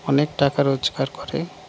অনেক টাকা রোজগার করে